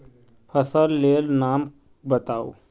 फसल लेर नाम बाताउ?